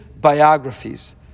biographies